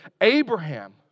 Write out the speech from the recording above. Abraham